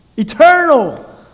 eternal